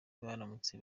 baramutse